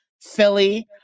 Philly